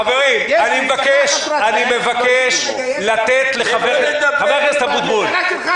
חברים, בבקשה, אני מבקש לתת לחבר הכנסת